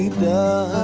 the